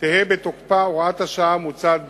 תהא בתוקפה הוראת השעה המוצעת בזאת.